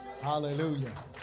Hallelujah